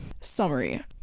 Summary